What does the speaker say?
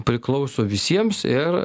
priklauso visiems ir